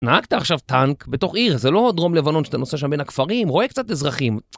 נהגת עכשיו טאנק בתוך עיר, זה לא דרום לבנון שאתה נוסע שם בין הכפרים, רואה קצת אזרחים.